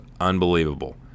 unbelievable